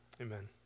amen